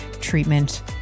treatment